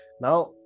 Now